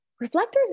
reflectors